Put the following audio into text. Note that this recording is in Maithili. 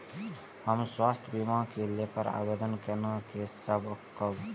हम स्वास्थ्य बीमा के लेल आवेदन केना कै सकब?